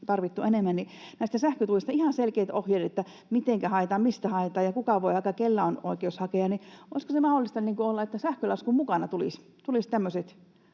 tarvittu enemmän, joten näistä sähkötuista ihan selkeät ohjeet, mitenkä haetaan, mistä haetaan ja kuka voi taikka kellä on oikeus hakea: olisiko se mahdollista olla, että sähkölaskun mukana tulisi ihmisille